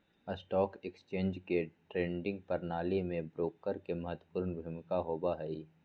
stock exchange के trading प्रणाली में ब्रोकर के महत्वपूर्ण भूमिका होबा हई